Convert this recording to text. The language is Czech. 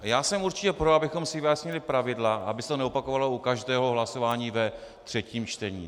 Já jsem určitě pro, abychom si vyjasnili pravidla, aby se to neopakovalo u každého hlasování ve třetím čtení.